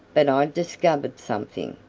but i discovered something.